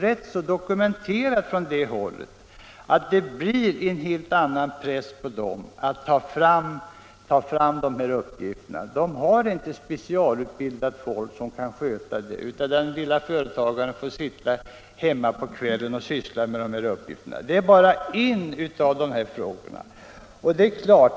Det är väl dokumenterat från det hållet att det är en helt annan press på dem än på de stora att skaffa fram uppgifter, eftersom ett litet företag inte har specialutbildat folk som kan sköta det arbetet, utan småföretagaren måste sitta hemma på kvällen och syssla med sådana uppgifter. — Detta är bara en av de här frågorna.